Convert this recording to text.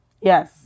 yes